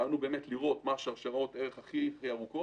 הרעיון הוא לראות מה שרשראות הערך הכי ארוכות,